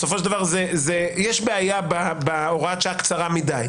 בסופו של דבר יש בעיה בהוראת שעה כשהיא קצרה מדי.